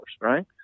right